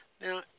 Now